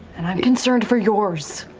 and i'm concerned for yours.